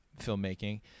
filmmaking